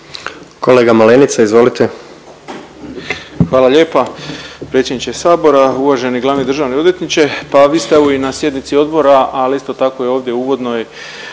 **Malenica, Ivan (HDZ)** Hvala lijepa. Predsjedniče Sabora, uvaženi glavni državni odvjetniče. Pa vi ste i na sjednici odbora, ali isto tako ovdje u uvodnom